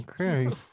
Okay